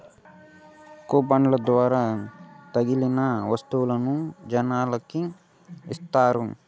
కూపన్ల ద్వారా తగిలిన వత్తువులను జనాలకి ఇత్తారు